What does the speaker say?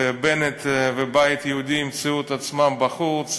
ובנט והבית היהודי ימצאו את עצמם בחוץ,